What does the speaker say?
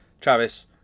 Travis